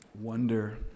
wonder